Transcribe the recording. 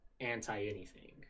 anti-anything